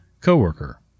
Coworker